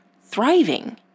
thriving